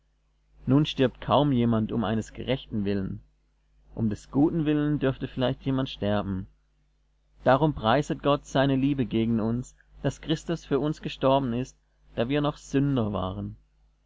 nun stirbt kaum jemand um eines gerechten willen um des guten willen dürfte vielleicht jemand sterben darum preiset gott seine liebe gegen uns daß christus für uns gestorben ist da wir noch sünder waren